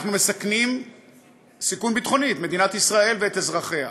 אנחנו מסכנים סיכון ביטחוני את מדינת ישראל ואת אזרחיה,